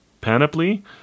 panoply